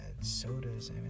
sodas